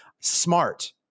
Smart